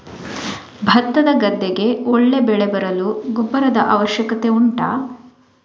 ಭತ್ತದ ಗದ್ದೆಗೆ ಒಳ್ಳೆ ಬೆಳೆ ಬರಲು ಗೊಬ್ಬರದ ಅವಶ್ಯಕತೆ ಉಂಟಾ